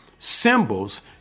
symbols